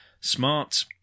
Smart